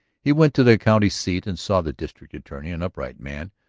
he went to the county-seat and saw the district attorney, an upright man,